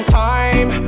time